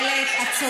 מה תאמיני לי?